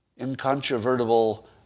incontrovertible